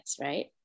right